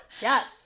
Yes